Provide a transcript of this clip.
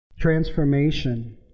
Transformation